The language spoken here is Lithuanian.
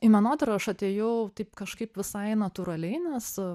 į menotyrą aš atėjau taip kažkaip visai natūraliai nes